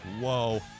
Whoa